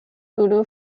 unu